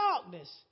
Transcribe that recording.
darkness